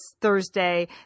Thursday